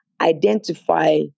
identify